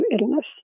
illness